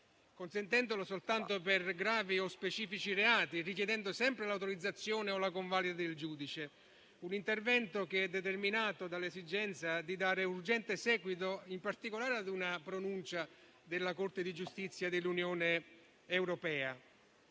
consentendolo soltanto per gravi o specifici reati e richiedendo sempre l'autorizzazione o la convalida del giudice. L'intervento è determinato dall'esigenza di dare urgente seguito in particolare a una pronuncia della Corte di giustizia dell'Unione europea.